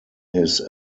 his